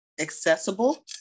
accessible